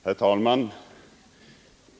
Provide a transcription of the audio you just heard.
Herr talman!